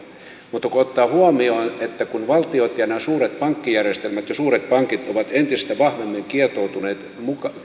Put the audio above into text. mutta kun ottaa huomioon että valtiot ja nämä suuret pankkijärjestelmät ja suuret pankit ovat entistä vahvemmin kietoutuneet